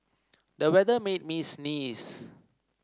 the weather made me sneeze